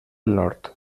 nord